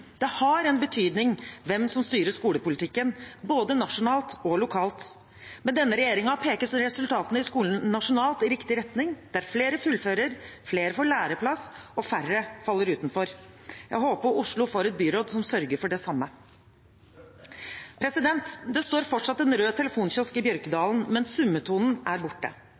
Det har en betydning hvem som styrer skolepolitikken, både nasjonalt og lokalt. Med denne regjeringen peker resultatene i skolen nasjonalt i riktig retning, der flere fullfører, flere får læreplass, og færre faller utenfor. Jeg håper Oslo får et byråd som sørger for det samme. Det står fortsatt en rød telefonkiosk i Bjørkedalen, men summetonen er borte.